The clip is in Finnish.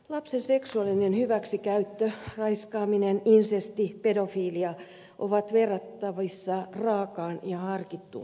lapsen seksuaalinen hyväksikäyttö raiskaaminen insesti ja pedofilia ovat verrattavissa raakaan ja harkittuun murhaan